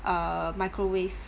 err microwave